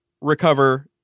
recover